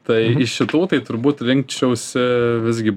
tai iš šitų tai turbūt rinkčiausi visgi